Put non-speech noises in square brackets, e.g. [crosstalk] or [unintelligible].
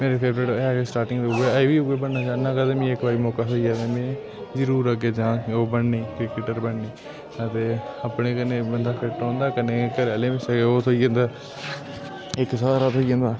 मेरे फेवराइट ऐ गै स्टारटिंग दा उ'ऐ [unintelligible] हा ते अजें बी उ'ऐ बनना चाह्न्नां ते अगर मिगी इक बार मौका थ्होई जाए ते मैं जरूर अग्गें जाङ ओह् बनने ई क्रिकेटर बनने ई ते अपने कन्नै बंदा फिट रौंह्दा कन्नै घरैआहलें गी बी सैह्जोग थ्होई जन्दा इक स्हारा थ्होई जंदा